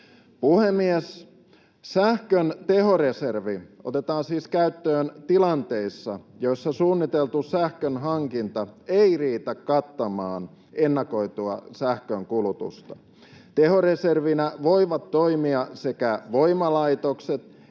Puhemies! Sähkön tehoreservi otetaan siis käyttöön tilanteissa, joissa suunniteltu sähkönhankinta ei riitä kattamaan ennakoitua sähkönkulutusta. Tehoreservinä voivat toimia sekä voimalaitokset